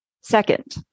Second